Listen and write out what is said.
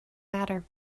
matter